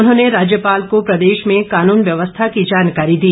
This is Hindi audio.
उन्होंने राज्यपाल को प्रदेश में कानून व्यवस्था की जानकारी दी